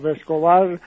Escobar